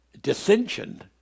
dissension